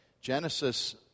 Genesis